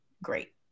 great